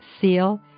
seal